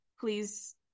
Please